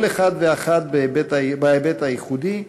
כל אחד ואחת בהיבט הייחודי,